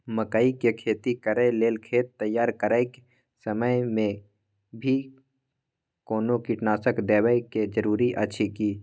मकई के खेती कैर लेल खेत तैयार करैक समय मे भी कोनो कीटनासक देबै के जरूरी अछि की?